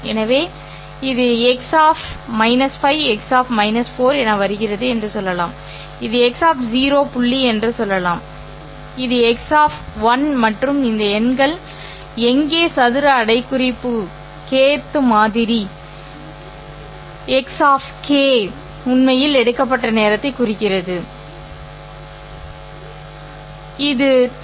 எனவே இது x 5 x 4 என வருகிறது என்று சொல்லலாம் இது x 0 புள்ளி என்று சொல்லலாம் 0 சரி இது x 1 மற்றும் இந்த எண்கள் எங்கே சதுர அடைப்புக்குறி kth மாதிரி x k உண்மையில் எடுக்கப்பட்ட நேரத்தை குறிக்கிறது kth மாதிரி